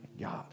God